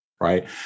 right